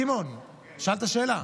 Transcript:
סימון, שאלת שאלה.